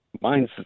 Mine's